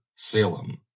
Salem